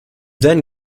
then